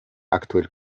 aktuell